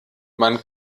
man